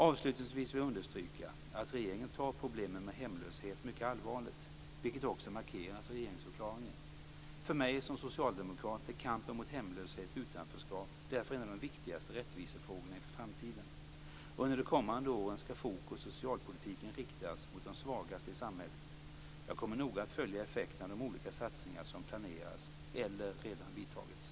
Avslutningsvis vill jag understryka att regeringen tar problemen med hemlöshet mycket allvarligt, vilket också markeras i regeringsförklaringen. För mig som socialdemokrat är kampen mot hemlöshet och utanförskap därför en av de viktigaste rättvisefrågorna inför framtiden. Under de kommande åren skall fokus i socialpolitiken riktas mot de svagaste i samhället. Jag kommer noga att följa effekterna av de olika satsningar som planeras eller redan har vidtagits.